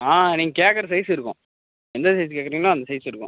ஆ நீங்கள் கேட்கிற சைஸ் இருக்கும் எந்த சைஸ் கேட்கறீங்களோ அந்த சைஸ் இருக்கும்